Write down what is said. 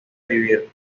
vivir